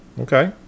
Okay